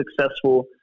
successful